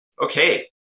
Okay